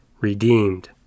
redeemed